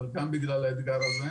אבל גם בגלל האתגר הזה